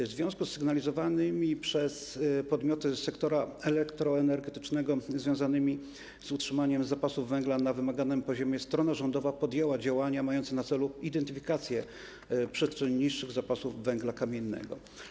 W związku z sygnalizowanymi przez podmioty z sektora elektroenergetycznego problemami związanymi z utrzymaniem zapasów węgla na wymaganym poziomie strona rządowa podjęła działania mające na celu identyfikację przyczyn mniejszych zapasów węgla kamiennego.